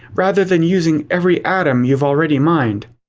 rather than using every atom you've already mined.